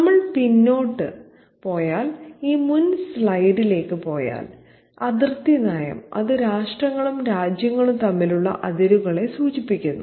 നമ്മൾ പിന്നോട്ട് പോയാൽ ഈ മുൻ സ്ലൈഡിലേക്ക് പോയാൽ അതിർത്തി നയം അതു രാഷ്ട്രങ്ങളും രാജ്യങ്ങളും തമ്മിലുള്ള അതിരുകളെ സൂചിപ്പിക്കുന്നു